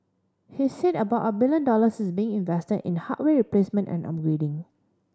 he said about a billion dollars is being invested in hardware replacement and upgrading